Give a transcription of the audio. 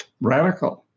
radical